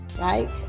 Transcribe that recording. right